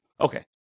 Okay